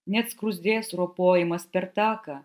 net skruzdės ropojimas per taką